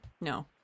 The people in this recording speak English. No